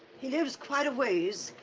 he lives quite a ways,